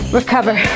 recover